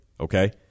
Okay